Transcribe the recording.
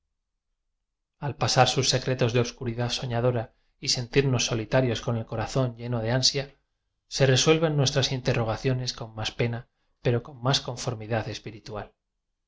al pasar sus secretos de obscuridad so ñadora y sentirnos solitarios con el corazón lleno de ansia se resuelven nuestras inte rrogaciones con más pena pero con más conformidad espiritual